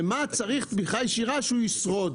ומה צריך תמיכה ישירה שהוא ישרוד.